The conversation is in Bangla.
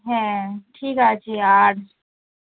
হ্যাঁ ঠিক আছে আর